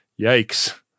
yikes